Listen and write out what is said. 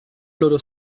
loro